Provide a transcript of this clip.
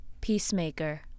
Peacemaker